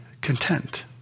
content